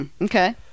Okay